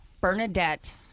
Bernadette